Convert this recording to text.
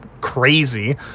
crazy